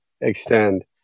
extend